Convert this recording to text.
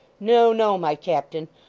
no, no, my captain.